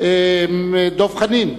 דב חנין,